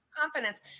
confidence